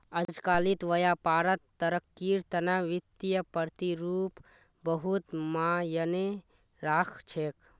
अजकालित व्यापारत तरक्कीर तने वित्तीय प्रतिरूप बहुत मायने राख छेक